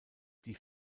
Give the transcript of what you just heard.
die